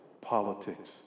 politics